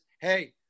hey